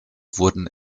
wurden